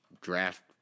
draft